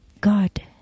God